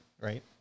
right